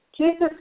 Jesus